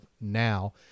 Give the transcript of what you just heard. now